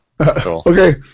Okay